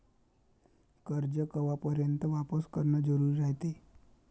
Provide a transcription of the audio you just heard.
कर्ज कवापर्यंत वापिस करन जरुरी रायते?